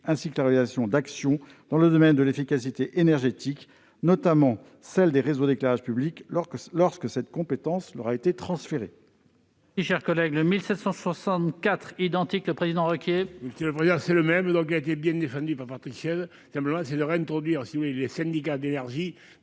ainsi que la réalisation d'actions dans le domaine de l'efficacité énergétique, notamment celle des réseaux d'éclairage public lorsque cette compétence leur a été transférée.